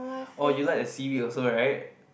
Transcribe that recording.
orh you like the seaweed also right